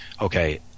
Okay